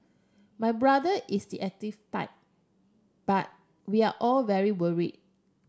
my brother is the active type but we are all very worried